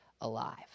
alive